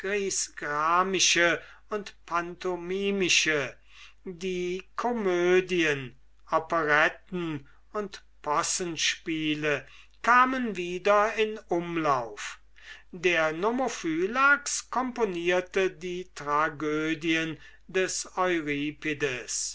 und pantomimische die komödien operetten und possenspiele kamen wieder in umlauf der nomophylax componierte die tragödien des